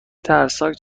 ترسناک